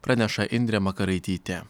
praneša indrė makaraitytė